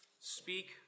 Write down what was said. Speak